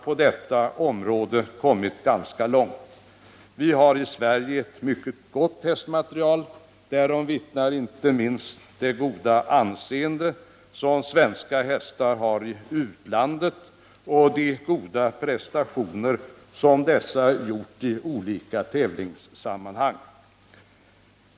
På detta område har vi kommit ganska långt. Vi har i Sverige mycket gott hästmaterial. Därom vittnar inte minst det goda anseende som svenska hästar har i utlandet och de goda prestationer som dessa har gjort i olika tävlingssammanhang.